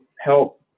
help